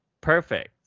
perfect